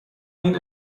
این